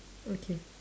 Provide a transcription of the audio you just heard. okay